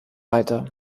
weiter